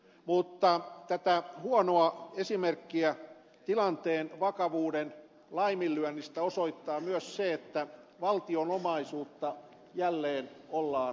mutta tätä huonoa esimerkkiä tilanteen vakavuuden laiminlyönnistä osoittaa myös se että valtion omaisuutta jälleen ollaan myymässä